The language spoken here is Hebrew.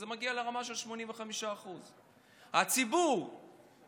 זה מגיע לרמה של 85%. הציבור סופג